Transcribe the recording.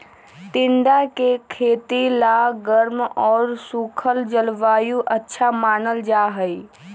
टिंडा के खेती ला गर्म और सूखल जलवायु अच्छा मानल जाहई